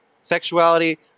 Sexuality